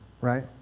right